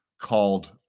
called